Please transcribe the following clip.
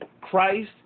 Christ